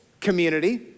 community